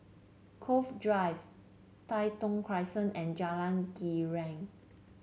Cove Drive Tai Thong Crescent and Jalan Girang